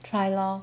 try lor